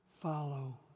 follow